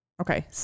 Okay